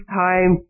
time